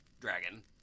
dragon